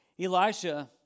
Elisha